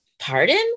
Pardon